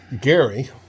Gary